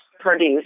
produce